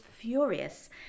furious